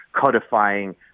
codifying